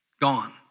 Gone